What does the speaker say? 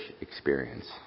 experience